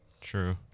True